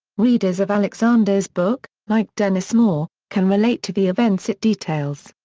readers of alexander's book, like dennis moore, can relate to the events it details.